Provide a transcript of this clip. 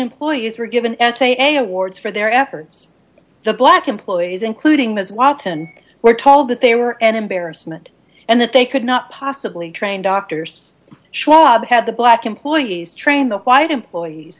employees were given essay awards for their efforts the black employees including ms watson were told that they were an embarrassment and that they could not possibly train doctors schwab had the black employees trained the white employees